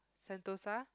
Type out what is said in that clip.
Sentosa